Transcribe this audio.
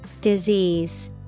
Disease